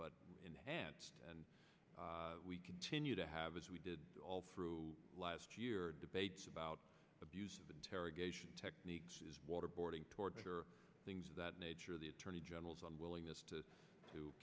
but enhanced and we continue to have as we did all through last year debates about abuse of interrogation techniques waterboarding torture things of that nature the attorney general's unwillingness to to